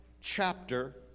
chapter